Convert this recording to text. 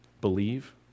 believe